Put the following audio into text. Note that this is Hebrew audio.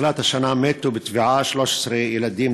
מתחילת השנה מתו בטביעה 13 ילדים,